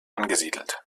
angesiedelt